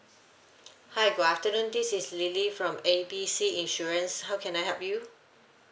hi good afternoon this is lily from A B C insurance how can I help you